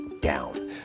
down